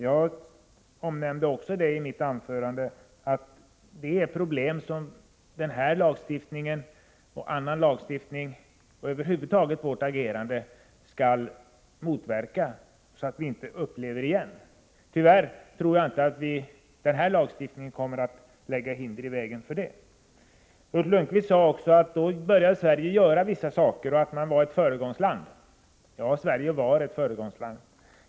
Jag nämnde i mitt anförande att detta är problem som denna lagstiftning liksom annan lagstiftning och över huvud taget vårt agerande avser att motverka, så att vi inte får uppleva detta igen. Tyvärr tror jag inte att denna lagstiftning kommer att förhindra detta. Ulf Lönnqvist sade också att när Tyst vår kom ut började Sverige göra vissa saker och att vi var ett föregångsland. Ja, Sverige var ett föregångsland.